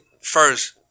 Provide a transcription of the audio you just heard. first